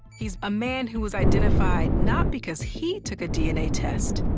he's a man who was identified not because he took a dna test,